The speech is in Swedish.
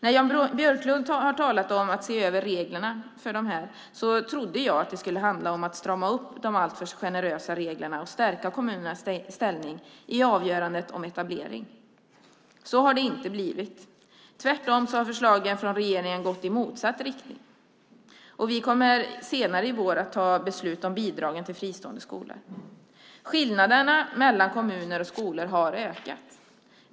När Jan Björklund har talat om att se över reglerna för dessa trodde jag att det skulle handla om att strama upp de alltför generösa reglerna och stärka kommunernas ställning i avgörandet om etablering. Så har det inte blivit. Tvärtom har förslagen från regeringen gått i motsatt riktning. Vi kommer senare i vår att fatta beslut om bidragen till fristående skolor. Skillnaderna mellan kommuner och skolor har ökat.